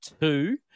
two